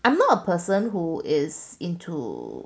I'm not a person who is into